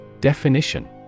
Definition